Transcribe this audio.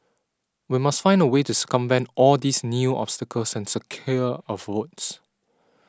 we must find a way to circumvent all these new obstacles and secure our votes